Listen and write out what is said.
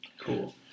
cool